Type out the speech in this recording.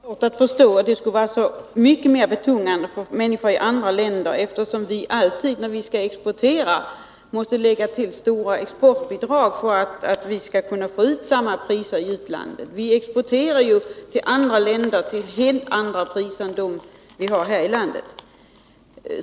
Herr talman! Jag har svårt att förstå att livsmedelspriserna skulle vara så mycket mer betungande för människor i andra länder, eftersom vi när vi skall exportera alltid måste lägga till stora exportbidrag för att vi skall kunna få ut samma priser i utlandet. Vi exporterar ju till andra länder till helt andra priser än som vi har här i landet.